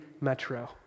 Metro